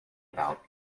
about